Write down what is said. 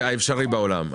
המשפטי האפשרי בעולם.